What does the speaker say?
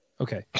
okay